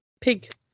pig